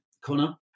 connor